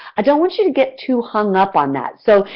i don't want you to get too hung up on that. so,